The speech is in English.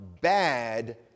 bad